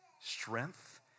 strength